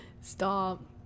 Stop